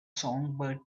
songbird